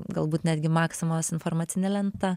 galbūt netgi maksimos informacinė lenta